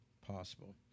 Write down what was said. possible